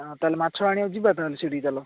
ତା'ହେଲେ ମାଛ ଆଣିବାକୁ ଯିବା ତା'ହେଲେ ସେଇଠିକି ଚାଲ